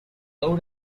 low